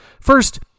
First